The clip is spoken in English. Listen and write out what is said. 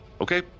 okay